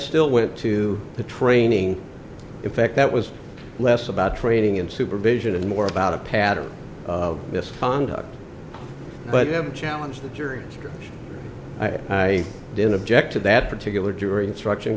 still went to the training effect that was less about training and supervision and more about a pattern of misconduct but im challenge the jury instruction i didn't object to that particular jury instruction